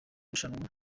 rushanwa